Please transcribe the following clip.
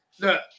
look